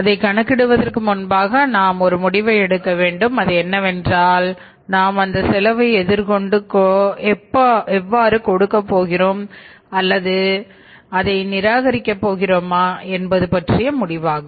அதை கணக்கிடுவதற்கு முன்பாக நாம் ஒரு முடிவை எடுக்க வேண்டும் அது என்னவென்றால் நாம் அந்த செலவை எதிர்கொண்டு கொடுக்கப் போகிறோமா அல்லது அதை நிராகரிக்க போகிறோமா என்பது பற்றிய முடிவாகும்